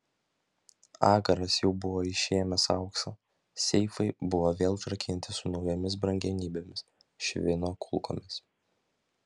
agaras jau buvo išėmęs auksą seifai buvo vėl užrakinti su naujomis brangenybėmis švino kulkomis